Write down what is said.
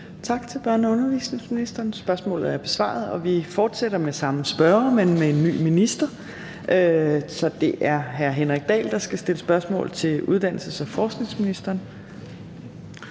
Tak til børne- og undervisningsministeren. Spørgsmålet er besvaret, Vi fortsætter med samme spørger, men med en ny minister, så det er hr. Henrik Dahl, der skal stille spørgsmål til uddannelses- og forskningsministeren.